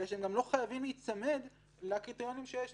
אלא שהם גם לא חייבים להיצמד לקריטריונים שיש.